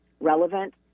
relevant